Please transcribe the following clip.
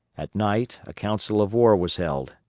at night a council of war was held,